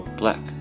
black